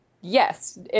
yes